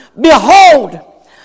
Behold